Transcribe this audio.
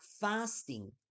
fasting